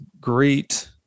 great